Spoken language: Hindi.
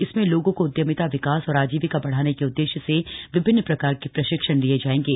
इसमें लोगों को उद्यमिता विकास और आजीविका बढ़ाने के उद्देश्य से विभिन्न प्रकार के प्रशिक्षण दिये जायेंगे